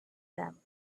them